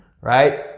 right